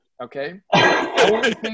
Okay